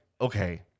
okay